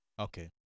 Okay